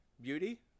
beauty